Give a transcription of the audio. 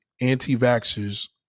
anti-vaxxers